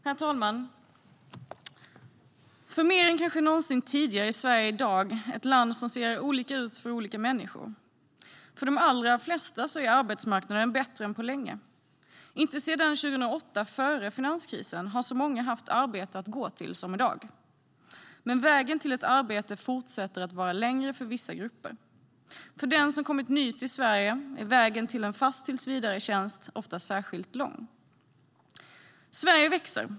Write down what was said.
Herr talman! Mer än kanske någonsin tidigare är Sverige i dag ett land som ser olika ut för olika människor. För de allra flesta är arbetsmarknaden bättre än på länge. Inte sedan 2008, före finanskrisen, har så många haft arbete att gå till som i dag. Men vägen till ett arbete fortsätter att vara längre för vissa grupper. För den som har kommit ny till Sverige är vägen till en fast tillsvidaretjänst oftast särskilt lång. Sverige växer.